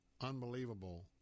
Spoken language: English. unbelievable